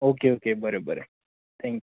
okay okay बरें बरें thank